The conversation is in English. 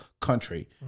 country